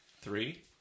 three